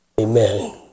Amen